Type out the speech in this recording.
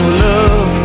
love